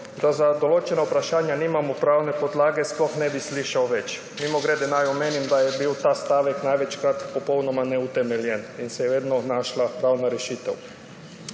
da za določena vprašanja nimamo pravne podlage, sploh ne bi več slišal. Mimogrede naj omenim, da je bil ta stavek največkrat popolnoma neutemeljen in se je vedno našla pravna rešitev.